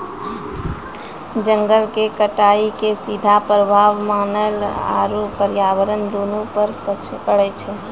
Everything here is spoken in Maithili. जंगल के कटाइ के सीधा प्रभाव मानव आरू पर्यावरण दूनू पर पड़ै छै